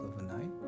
overnight